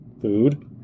food